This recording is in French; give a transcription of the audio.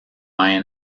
ryan